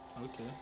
okay